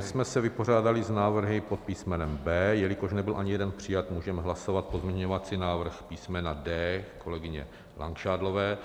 Tím jsme se vypořádali s návrhy pod písmenem B. Jelikož nebyl ani jeden přijat, můžeme hlasovat pozměňovací návrh písmena D kolegyně Langšádlové,